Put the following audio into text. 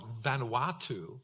Vanuatu